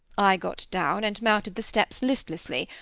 i got down, and mounted the steps listlessly,